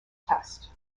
test